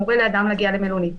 מורה לאדם להגיע למלונית,